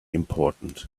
important